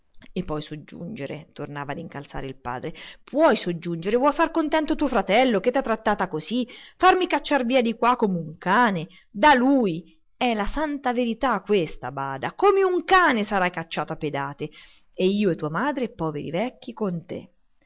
e puoi soggiungere tornava a incalzare il padre puoi soggiungere vuoi far contento tuo fratello che t'ha trattata così farmi cacciar via di qua come un cane da lui è la santa verità questa bada come un cane sarai cacciato a pedate e io e tua madre poveri vecchi con te